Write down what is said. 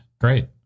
Great